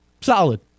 Solid